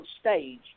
stage